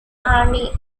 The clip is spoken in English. army